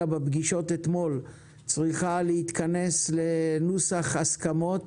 בפגישות אתמול צריכה להתכנס לנוסח הסכמות,